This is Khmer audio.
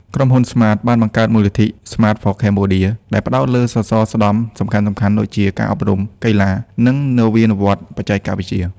ក្រុមហ៊ុន ស្មាត (Smart) បានបង្កើតមូលនិធិ "Smart for Cambodia" ដែលផ្តោតលើសសរស្តម្ភសំខាន់ៗដូចជា ការអប់រំ កីឡា និងនវានុវត្តន៍បច្ចេកវិទ្យា។